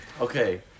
Okay